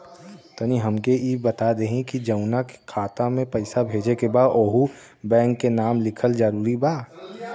तनि हमके ई बता देही की जऊना खाता मे पैसा भेजे के बा ओहुँ बैंक के नाम लिखल जरूरी बा?